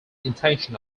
intention